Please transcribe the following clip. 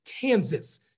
Kansas